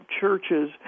churches